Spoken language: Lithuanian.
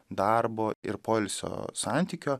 darbo ir poilsio santykio